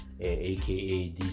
aka